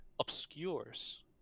obscures